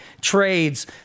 trades